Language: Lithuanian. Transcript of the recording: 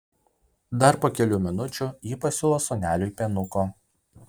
dar po kelių minučių ji pasiūlo sūneliui pienuko